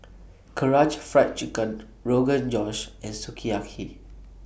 Karaage Fried Chicken Rogan Josh and Sukiyaki